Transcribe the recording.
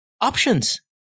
options